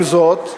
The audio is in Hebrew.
עם זאת,